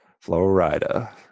florida